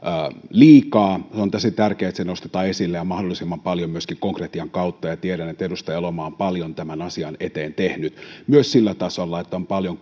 liikaa on tosi tärkeää että se nostetaan esille ja mahdollisimman paljon myöskin konkretian kautta ja tiedän että edustaja elomaa on paljon tämän asian eteen tehnyt myös sillä tasolla että on paljon